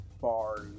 bars